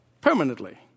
permanently